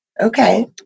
Okay